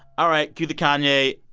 all right, cue the kanye.